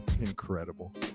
Incredible